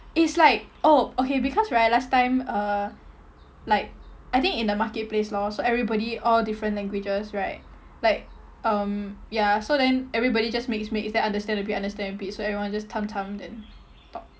it's like oh okay because right last time uh like I think in the market place lor so everybody all different languages right like um ya so then everybody just mix mix then understand a bit understand a bit so everyone just then talk